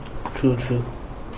true true